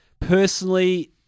personally